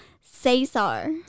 Cesar